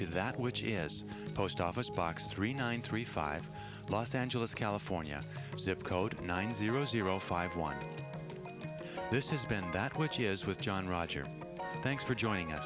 to that which is post office box three hundred three five los angeles california zip code nine zero zero five while this has been that which is with john roger thanks for joining